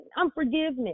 Unforgiveness